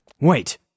Wait